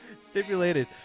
Stipulated